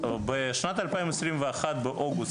בשנת 2021 באוגוסט,